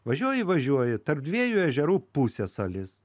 važiuoji važiuoji tarp dviejų ežerų pusiasalis